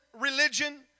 religion